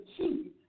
achieve